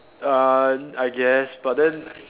uh I guess but then